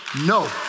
no